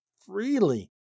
freely